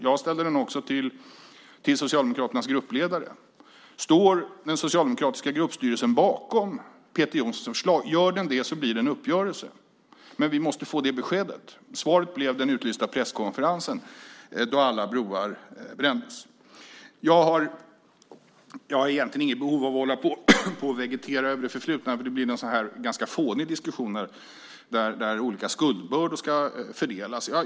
Jag ställde den också till Socialdemokraternas gruppledare. Står den socialdemokratiska gruppstyrelsen bakom Peter Jonssons förslag? Gör den det blir det en uppgörelse. Men vi måste få det beskedet. Svaret blev den utlysta presskonferensen då alla broar brändes. Jag har egentligen inget behov av att hålla på och vegetera över det förflutna eftersom det blir ganska fåniga diskussioner där olika skuldbördor ska fördelas.